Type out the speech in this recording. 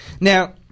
Now